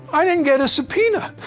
i didn't get a subpoena!